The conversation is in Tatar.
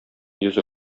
йөзе